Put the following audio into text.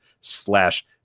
slash